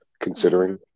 considering